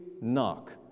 knock